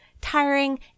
tiring